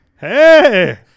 Hey